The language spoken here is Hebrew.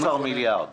15 מיליארד שקלים.